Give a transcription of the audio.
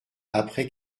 après